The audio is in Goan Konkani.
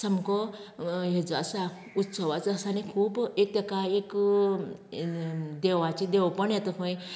सामको हेजो आसा उत्सवाचो आसा आनी खूब एक तेका एक देवाचें देवपण येता पळय